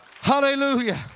hallelujah